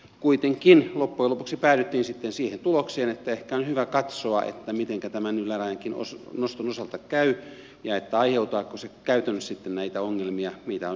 kuitenkin loppujen lopuksi päädyttiin sitten siihen tulokseen että ehkä on hyvä katsoa mitenkä tämän ylärajankin noston osalta käy ja aiheuttaako se käytännössä sitten näitä ongelmia mitä on väitetty esiintyvän